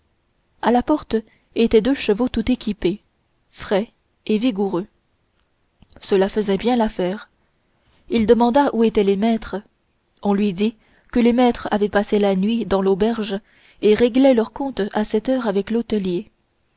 à la porte étaient deux chevaux tout équipés frais et vigoureux cela faisait bien l'affaire il demanda où étaient les maîtres on lui dit que les maîtres avaient passé la nuit dans l'auberge et réglaient leur compte à cette heure avec le